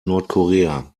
nordkorea